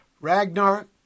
Ragnar